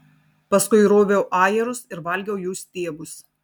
paskui roviau ajerus ir valgiau jų stiebus